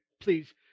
please